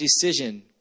decision